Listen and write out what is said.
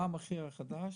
מה המחיר החדש?